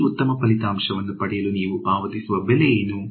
ಈ ಉತ್ತಮ ಫಲಿತಾಂಶವನ್ನು ಪಡೆಯಲು ನೀವು ಪಾವತಿಸಿದ ಬೆಲೆ ಏನು